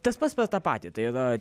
tas pats per tą patį tai yra